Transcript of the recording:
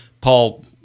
Paul